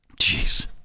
Jeez